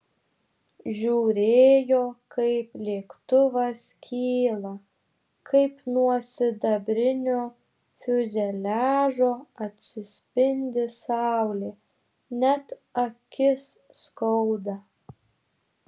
žiūrėjo kaip lėktuvas kyla kaip nuo sidabrinio fiuzeliažo atsispindi saulė net akis skauda